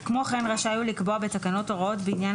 כמו כן רשאי הוא לקבוע בתקנות הוראות בעניין